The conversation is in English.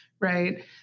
right